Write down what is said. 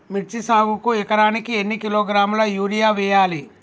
మిర్చి సాగుకు ఎకరానికి ఎన్ని కిలోగ్రాముల యూరియా వేయాలి?